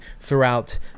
throughout